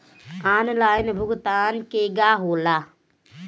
Online भुगतान केगा होला?